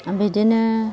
बिदिनो